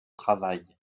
travail